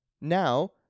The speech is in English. Now